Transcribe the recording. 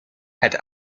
het